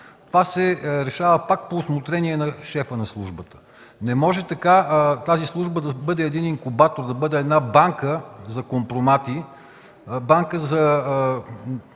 Това се решава пак по усмотрение на шефа на службата. Не може тази служба да бъде един инкубатор, да бъде една банка за компромати, банка за